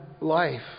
life